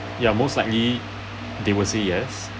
ya most likely they will say yes